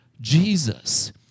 Jesus